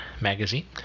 magazine